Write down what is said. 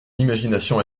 imagination